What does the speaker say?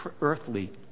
earthly